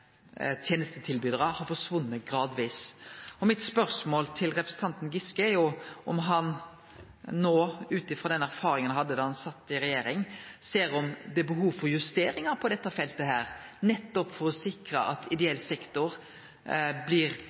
tenestetilbydarar har forsvunne gradvis. Mitt spørsmål til representanten Giske er om han no, ut frå den erfaringa han hadde da han sat i regjering, ser om det er behov for justeringar på dette feltet, nettopp for å sikre at ideell sektor ikkje blir